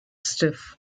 stiff